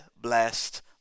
blessed